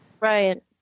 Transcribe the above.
Right